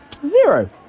Zero